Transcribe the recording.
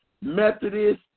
Methodist